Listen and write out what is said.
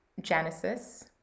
Genesis